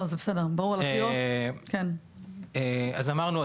אז אמרנו,